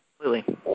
completely